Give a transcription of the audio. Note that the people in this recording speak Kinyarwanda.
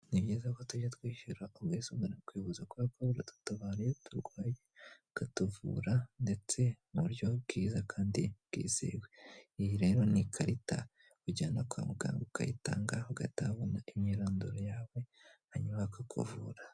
Ni byiza ko tujya twishyura ubwisungane mu kwibuza kobera ko buradutabara iyo turwaye bakatuvura, ndetse mu buryo bwiza kandi bwizewe. Iyi rero ni ikarita ujyana kwa muganga ukayitanga, bagahita babona imyirondoro yawe, hanyuma bakakuvura.